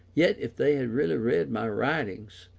yet if they had really read my writings,